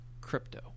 crypto